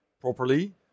properly